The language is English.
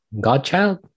godchild